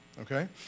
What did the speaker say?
okay